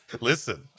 listen